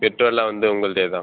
பெட்ரோல்லாம் வந்து உங்களுதே தான்